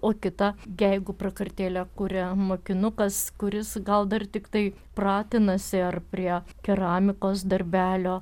o kita jeigu prakartėlę kurią mokinukas kuris gal dar tiktai pratinasi ar prie keramikos darbelio